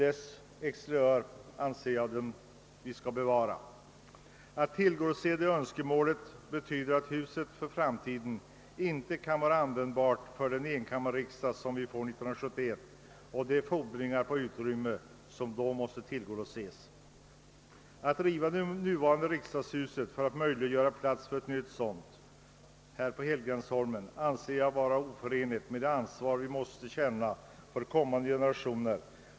Ett tillgodoseende av det önskemålet betyder att huset inte kan användas för den enkammarriksdag som vi får 1971, eftersom det inte uppfyller de fordringar på utrymme som då måste uppställas. Att riva det nuvarande riksdagshuset för att ge plats för ett nytt sådant på Helgeandsholmen anser jag vara oförenligt med det ansvar vi måste känna för kommande generationer.